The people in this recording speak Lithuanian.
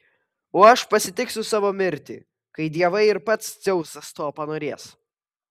o aš pasitiksiu savo mirtį kai dievai ir pats dzeusas to panorės